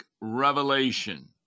revelation